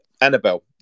Annabelle